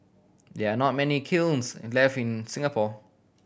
there are not many kilns left in Singapore